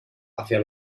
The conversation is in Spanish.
hacia